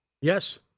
Yes